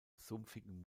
sumpfigen